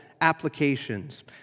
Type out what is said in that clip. applications